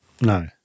no